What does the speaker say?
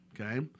Okay